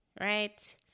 right